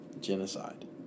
genocide